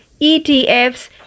ETFs